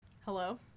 Hello